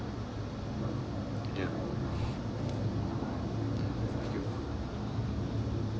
yeah mm thank you